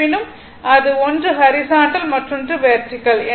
இருப்பினும் அது ஒன்று ஹரிசாண்டல் மற்றொன்று வெர்டிகல்